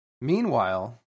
Meanwhile